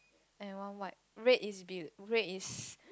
and one white red is be~ red is